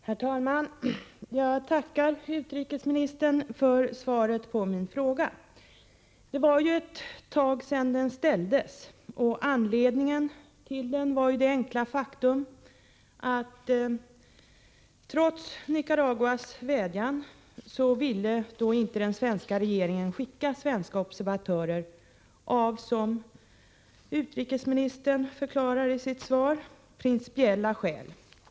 Herr talman! Jag tackar utrikesministern för svaret på min fråga. Det var ju ett tag sedan den ställdes. Anledningen till den var det enkla faktum att den svenska regeringen trots Nicaraguas vädjan inte ville skicka svenska observatörer av, som utrikesministern förklarar i sitt svar, principiella skäl.